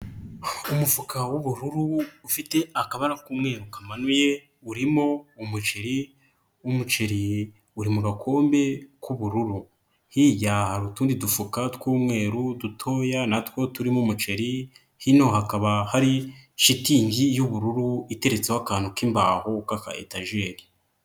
Umufuka w'ubururu ufite akabara k'umweru kamanuye urimo umuceri, umuceri uri mu gakombe k'ubururu, hirya hari utundi dufuka tw'umweru dutoya na two turimo umuceri, hino hakaba hari shitingi y'ubururu iteretseho akantu k'imbaho k'aka etageri.